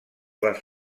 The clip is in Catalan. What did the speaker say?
les